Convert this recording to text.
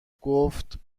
گفت